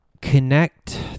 connect